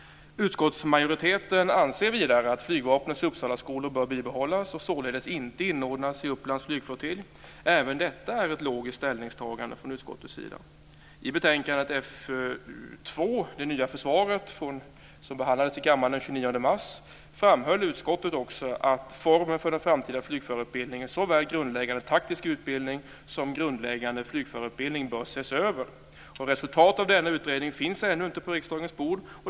Uppsalaskolor bör bibehållas och således inte inordnas i Upplands flygflottilj. Även detta är ett logiskt ställningstagande från utskottets sida. I betänkande FöU2 Det nya försvaret, som behandlades i kammaren den 29 mars, framhöll utskottet att formen för den framtida flygförarutbildningen, såväl grundläggande taktisk utbildning som grundläggande flygförarutbildning, bör ses över. Resultatet av denna utredning finns ännu inte på riksdagens bord.